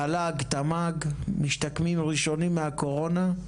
תל"ג תמ"ג, משתקמים ראשונים מהקורונה.